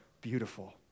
beautiful